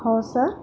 हो सर